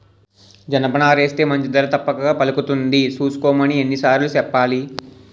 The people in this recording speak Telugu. జనపనారేస్తే మంచి ధర తప్పక పలుకుతుంది సూసుకోమని ఎన్ని సార్లు సెప్పాలి?